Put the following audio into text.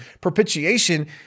propitiation